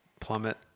plummet